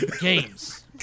games